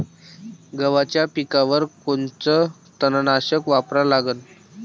गव्हाच्या पिकावर कोनचं तननाशक वापरा लागन?